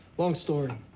long story.